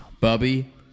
Bubby